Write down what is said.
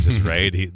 right